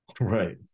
Right